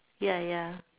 ya ya